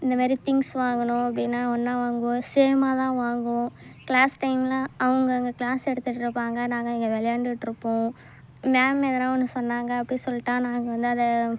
இந்த மாதிரி திங்ஸ் வாங்கணும் அப்படின்னா ஒன்றா வாங்குவோம் சேம்மாக தான் வாங்குவோம் க்ளாஸ் டைமில் அவங்க அங்கே க்ளாஸ் எடுத்துகிட்டு இருப்பாங்க நாங்கள் இங்கே விளையாண்டுட்ருப்போம் மேம் எதனா ஒன்று சொன்னாங்க அப்படி சொல்லிட்டா நாங்கள் வந்து அதை